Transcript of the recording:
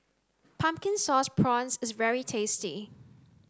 pumpkin sauce prawns is very tasty